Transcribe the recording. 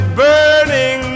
burning